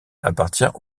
appartient